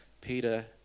peter